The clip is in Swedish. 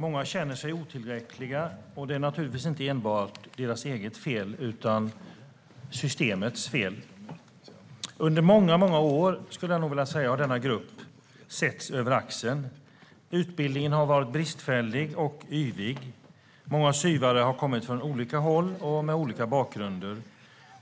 Många känner sig otillräckliga, och det är naturligtvis inte enbart deras eget fel utan systemets fel. Under många år har denna grupp setts över axeln. Utbildningen har varit bristfällig och yvig. Många SYV:are har kommit från olika håll och med olika bakgrund.